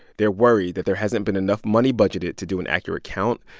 they're worried that there hasn't been enough money budgeted to do an accurate count.